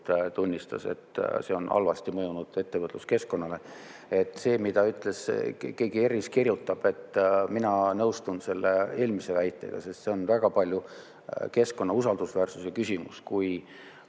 tunnistas, et see [maks] on halvasti mõjunud ettevõtluskeskkonnale. See, mida keegi ERR-is kirjutab … Mina nõustun selle eelmainitud väitega, sest see on väga paljus keskkonna usaldusväärsuse küsimus, kui